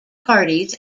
parties